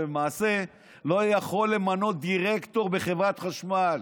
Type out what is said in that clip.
אבל למעשה לא יכול למנות דירקטור בחברת חשמל.